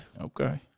Okay